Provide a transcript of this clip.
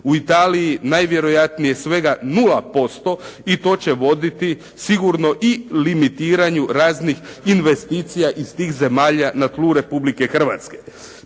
u Italiji najvjerojatnije svega 0% i to će voditi sigurno i limitiranju raznih investicija iz tih zemalja na tlu Republike Hrvatske.